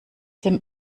dem